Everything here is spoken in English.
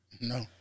No